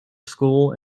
school